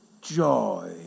joy